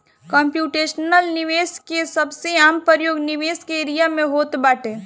computational निवेश के सबसे आम प्रयोग निवेश के एरिया में होत बाटे